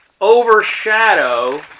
overshadow